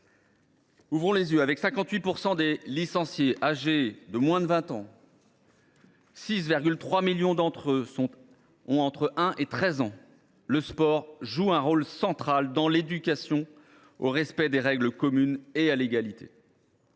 Ouvrons les yeux ! Alors que 58 % des licenciés sont âgés de moins de 20 ans, 6,3 millions d’entre eux ayant entre 1 et 13 ans, le sport joue un rôle central dans l’éducation au respect des règles communes et à l’égalité.